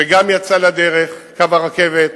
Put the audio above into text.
שגם יצא לדרך, קו הרכבת,